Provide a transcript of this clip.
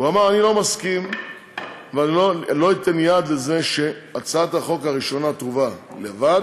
אני לא מסכים ולא אתן יד לזה שהצעת החוק הראשונה תובא לבד,